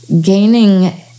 gaining